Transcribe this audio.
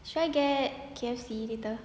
should I get K_F_C later